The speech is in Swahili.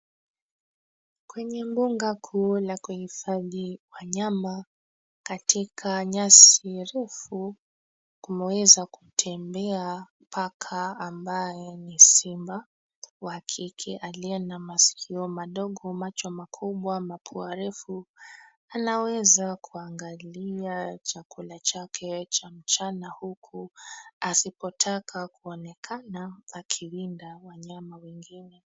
Kwenye mbuga kuu la kuhifadhi wanyama, katika nyasi refu, kumeweza kutembea paka ambaye ni simba wa kike aliye na masikio madogo, macho makubwa, mapua refu. Anaweza kuangalia chakula chake cha mchana huku asipotaka kuonekana akiwinda wanyama wengine.